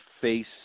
face